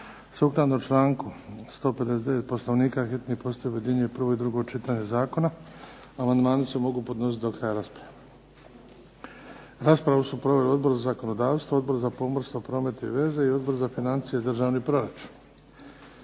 Sukladno članku 159. Poslovnika hitni postupak objedinjuje prvo i drugo čitanje zakona. Amandmani se mogu podnositi do kraja rasprave. Raspravu su proveli Odbor za zakonodavstvo, Odbor za pomorstvo, promet i veze i Odbor za financije i državni proračun.